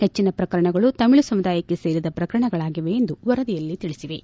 ಹೆಚ್ಚಿನ ಪ್ರಕರಣಗಳು ತಮಿಳು ಸಮುದಾಯಕ್ಕೆ ಸೇರಿದ ಪ್ರಕರಣಗಳಾಗಿವೆ ಎಂದು ವರದಿಯಲ್ಲಿ ತಿಳಿಸಿವೆ